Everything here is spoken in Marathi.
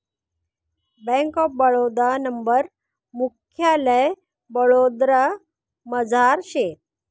बैंक ऑफ बडोदा नं मुख्यालय वडोदरामझार शे